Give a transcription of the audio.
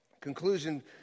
Conclusion